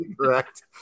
correct